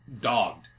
dogged